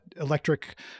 electric